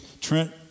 Trent